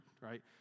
right